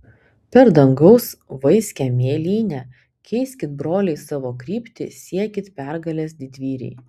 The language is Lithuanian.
per dangaus vaiskią mėlynę keiskit broliai savo kryptį siekit pergalės didvyriai